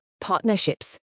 partnerships